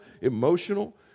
emotional